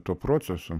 to proceso